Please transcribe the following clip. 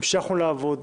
המשכנו לעבוד,